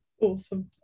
Awesome